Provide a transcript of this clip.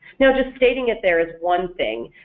now just stating it there is one thing,